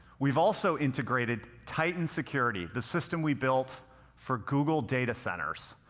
we've also integrated titan security, the system we built for google data centers,